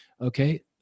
Okay